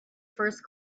first